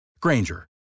Granger